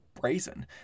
brazen